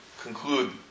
conclude